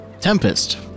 Tempest